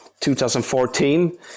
2014